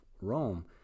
Rome